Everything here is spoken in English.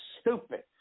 stupid